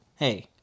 Hey